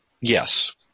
Yes